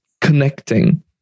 connecting